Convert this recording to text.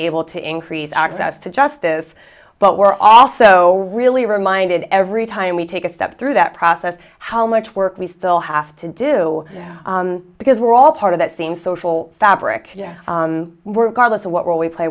able to increase access to justice but we're also really reminded every time we take a step through that process how much work we still have to do because we're all part of that same social fabric we're cardosa what we're always play